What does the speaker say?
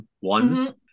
ones